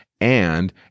And